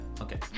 okay